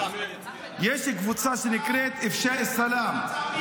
יש קבוצה שנקראת אפשאא אל-סלאם,